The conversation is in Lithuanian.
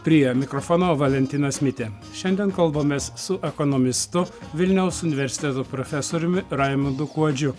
prie mikrofono valentinas mitė šiandien kalbamės su ekonomistu vilniaus universiteto profesoriumi raimundu kuodžiu